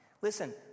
Listen